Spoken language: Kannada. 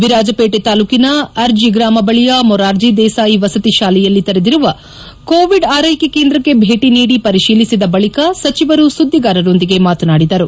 ವಿರಾಜಪೇಟೆ ತಾಲ್ಲೂಕಿನ ಆರ್ಜಿ ಗ್ರಾಮ ಬಳಿಯ ಮೊರಾರ್ಜಿ ದೇಸಾಯಿ ವಸತಿ ಶಾಲೆಯಲ್ಲಿ ತೆರೆದಿರುವ ಕೋವಿಡ್ ಆರೈಕೆ ಕೇಂದ್ರಕ್ಕೆ ಭೇಟಿ ನೀಡಿ ಪರಿಶೀಲಿಸಿದ ಬಳಿಕ ಸಚಿವರು ಸುದ್ದಿಗಾರರೊಂದಿಗೆ ಮಾತನಾಡಿದರು